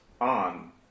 on